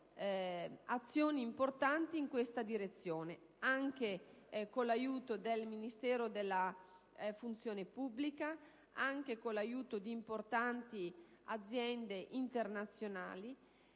svolgendo azioni importanti in questa direzione, anche con l'aiuto del Ministero della funzione pubblica e di importanti aziende internazionali.